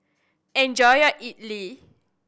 enjoy your Idly